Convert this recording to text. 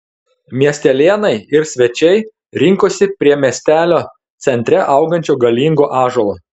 miestelėnai ir svečiai rinkosi prie miestelio centre augančio galingo ąžuolo